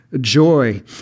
joy